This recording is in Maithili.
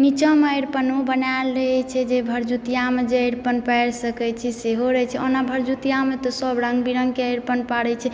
निच्चा मे अरिपनो बनाएल रहै छै जे भरदुतिया मे जे अरिपन पारि सकै छी सेहो रहै छै ओना भरदुतिया मे तऽ सब रंग बिरंग के अरिपन पारे छै